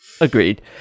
Agreed